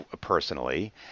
personally